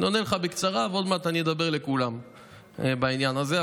אני עונה לך בקצרה ועוד מעט אני אדבר לכולם בעניין הזה.